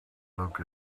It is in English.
look